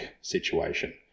situation